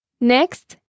Next